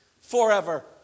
forever